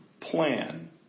plan